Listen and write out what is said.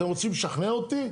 אתם רוצים לשכנע אותי?